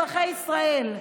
אזרחי ישראל,